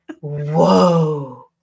Whoa